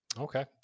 Okay